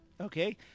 Okay